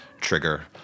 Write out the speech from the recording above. trigger